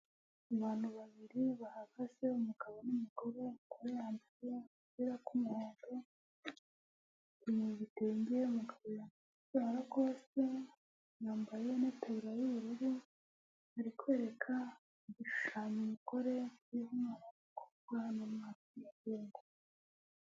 Abantu babiri bahagaze, umugabo n'umugore, umugore yambaye agapira w'umuhondo, akenyeye igitenge, umugabo yambaye umupira wa rakosite, yambaye n'itaburiya y'ubururu, ari kwereka igishushanyo umugore, kiriho umwana w'umukobwa n'umwana w'umuhungu.